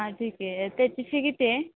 हां ठीक आहे त्याची फी किती आहे